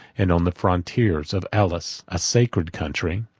and on the frontiers of elis a sacred country,